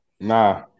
nah